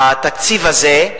התקציב הזה,